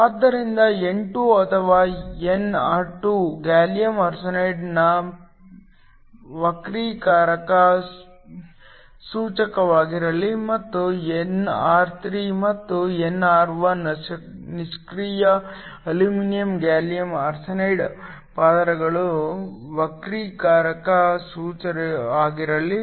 ಆದ್ದರಿಂದ n2 ಅಥವಾ nr2 gallium ಆರ್ಸೆನೈಡ್ನ ವಕ್ರೀಕಾರಕ ಸೂಚಕವಾಗಿರಲಿ ಮತ್ತು nr3 ಮತ್ತು nr1 ನಿಷ್ಕ್ರಿಯ ಅಲ್ಯೂಮಿನಿಯಂ ಗ್ಯಾಲಿಯಮ್ ಆರ್ಸೆನೈಡ್ ಪದರಗಳ ವಕ್ರೀಕಾರಕ ಸೂಚಿಯಾಗಿರಲಿ